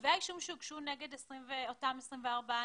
כתבי האישום שהוגשו נגד אותם 24 נאשמים,